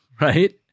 right